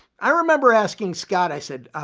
i remember asking scott, i said,